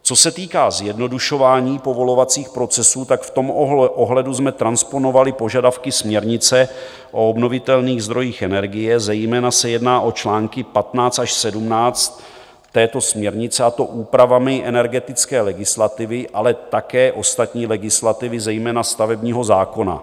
Co se týká zjednodušování povolovacích procesů, tak v tom ohledu jsme transponovali požadavky směrnice o obnovitelných zdrojích energie, zejména se jedná o články 15 až 17 této směrnice, a to úpravami energetické legislativy, ale také ostatní legislativy, zejména stavebního zákona.